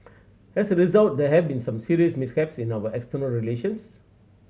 as a result there have been some serious mishaps in our external relations